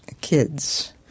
kids